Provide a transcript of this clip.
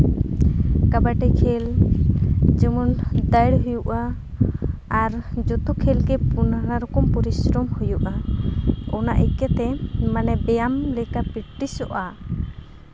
ᱠᱟᱵᱟᱰᱤ ᱠᱷᱮᱞ ᱡᱮᱢᱚᱱ ᱫᱟᱹᱲ ᱦᱩᱭᱩᱜᱼᱟ ᱟᱨ ᱡᱚᱛᱚ ᱠᱷᱮᱞ ᱜᱮ ᱱᱟᱱᱟ ᱨᱚᱠᱚᱢ ᱯᱨᱤᱥᱨᱚᱢ ᱦᱩᱭᱩᱜᱼᱟ ᱚᱱᱟ ᱤᱠᱟᱹᱛᱮ ᱵᱮᱭᱟᱢ ᱞᱮᱠᱟ ᱯᱮᱠᱴᱤᱥᱚᱜᱼᱟ